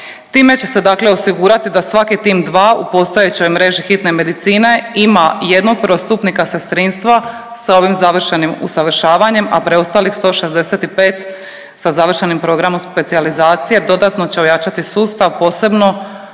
Time će se osigurati da svaki tim dva u postojećoj mreži hitne medicine ima jednog prvostupnika sestrinstva sa ovim završenim usavršavanjem, a preostalih 165 sa završenim programom specijalizacije dodatno će ojačati sustava, posebno